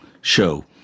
show